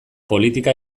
politika